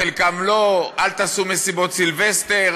עם חלקם לא: אל תעשו מסיבות סילבסטר,